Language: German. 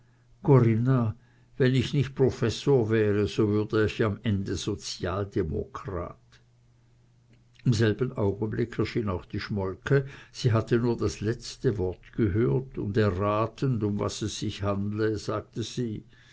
corinna wenn ich nicht professor wäre so würd ich am ende sozialdemokrat im selben augenblick erschien auch die schmolke sie hatte nur das letzte wort gehört und erratend um was es sich handle sagte sie